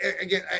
again